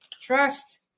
Trust